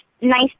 nice